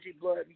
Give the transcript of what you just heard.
blood